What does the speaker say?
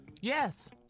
Yes